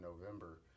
November